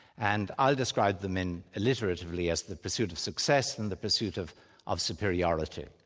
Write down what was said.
and i describe them and alliteratively as the pursuit of success and the pursuit of of superiority.